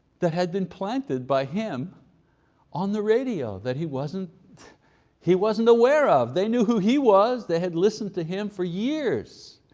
that had been planted by him on the radio, that he wasn't he wasn't aware of. they knew who he was. they had listened to him for years.